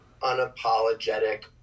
unapologetic